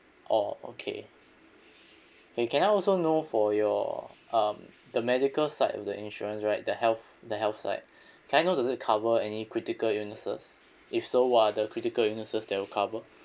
oh okay and can I also know for your um the medical side of the insurance right the health the health side can I know does it cover any critical illnesses if so what are the critical illnesses that will cover